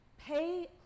Pay